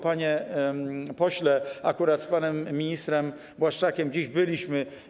Panie pośle, akurat z panem ministrem Błaszczakiem dziś tam byliśmy.